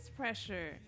pressure